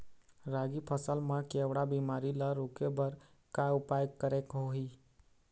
रागी फसल मा केवड़ा बीमारी ला रोके बर का उपाय करेक होही?